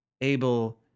Abel